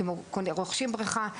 אתם רוכשים בריכה,